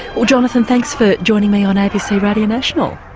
well jonathan, thanks for joining me on abc radio national.